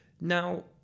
Now